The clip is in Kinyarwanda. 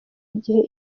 igihe